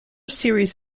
series